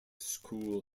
school